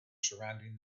surrounding